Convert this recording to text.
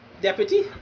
deputy